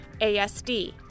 ASD